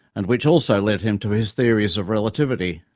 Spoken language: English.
and which also led him to his theories of relativity.